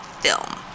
film